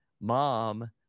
mom